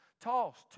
tossed